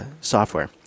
Software